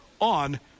on